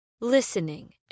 Listening